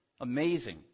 Amazing